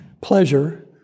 pleasure